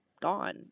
gone